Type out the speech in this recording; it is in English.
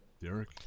Derek